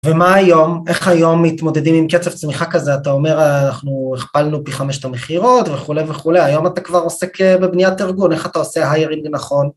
ומה היום? איך היום מתמודדים עם קצב צמיחה כזה? אתה אומר, אנחנו הכפלנו פי 5 את המחירות וכולי וכולי, היום אתה כבר עוסק בבניית ארגון, איך אתה עושה היירינג נכון?